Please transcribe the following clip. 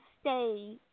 stay